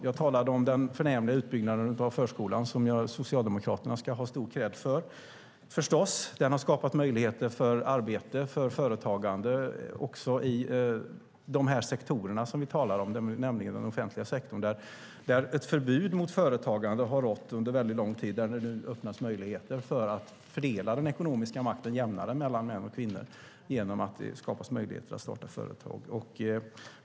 Jag talade om den förnämliga utbyggnaden av förskolan, som Socialdemokraterna ska ha stor kredd för förstås. Den har skapat möjligheter för arbete och företagande också i de sektorer som vi talar om, nämligen den offentliga sektorn, där ett förbud mot företagande har rått under en väldigt lång tid och där det nu öppnas möjligheter för att fördela den ekonomiska makten jämnare mellan män och kvinnor genom att det skapas möjligheter att starta företag.